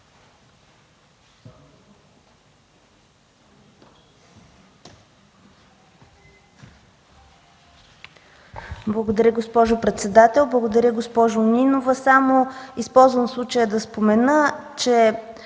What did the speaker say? Благодаря, госпожо председател. Благодаря, госпожо Нинова. Използвам случая само да спомена, че